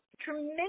tremendous